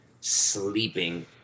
sleeping